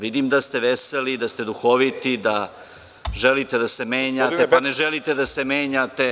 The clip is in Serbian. Vidim da ste veseli i da ste duhoviti, da želite da se menjate, pa ne želite da se menjate